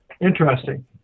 interesting